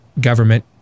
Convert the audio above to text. government